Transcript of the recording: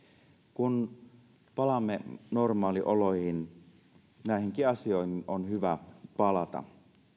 kun palaamme normaalioloihin näihinkin asioihin on hyvä palata